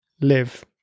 live